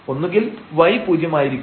ഒന്നുകിൽ y പൂജ്യമായിരിക്കും